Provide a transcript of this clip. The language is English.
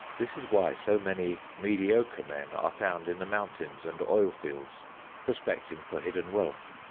this is why so many mediocre men are found in the mountains and oil fields prospecting for hidden wealth.